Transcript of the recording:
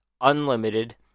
unlimited